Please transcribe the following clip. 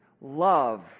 love